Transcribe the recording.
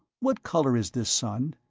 what color is this sun?